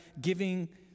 giving